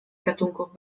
gatunków